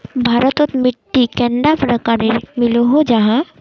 भारत तोत मिट्टी कैडा प्रकारेर मिलोहो जाहा?